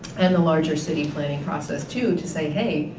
and the larger city planning process too, to say hey,